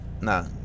Nah